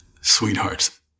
sweethearts